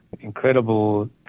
Incredible